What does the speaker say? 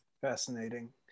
Fascinating